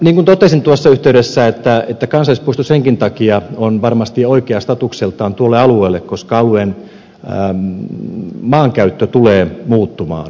niin kuin totesin tuossa yhteydessä kansallispuisto senkin takia on varmasti oikea statukseltaan tuolle alueelle koska alueen maankäyttö tulee muuttumaan